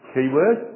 Keyword